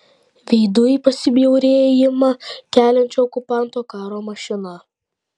veidu į pasibjaurėjimą keliančią okupanto karo mašiną